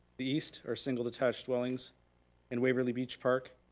the east are single detached dwellings and waverly beach park.